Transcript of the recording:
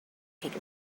take